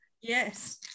Yes